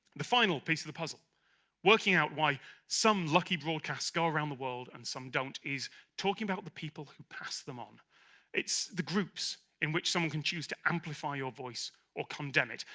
the final piece of the puzzle working out why some lucky broadcasts go around the world and some don't, is talking about the people who pass them on it's the groups in which someone can choose to amplify your voice or condemn it.